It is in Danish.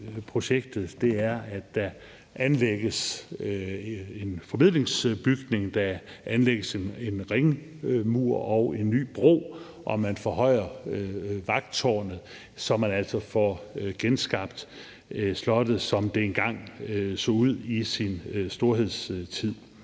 er jo, at der anlægges en formidlingsbygning, at der anlægges en ringmur og en ny bro, og at man forhøjer vagttårnet, så man altså får genskabt slottet, som det engang så ud i sin storhedstid.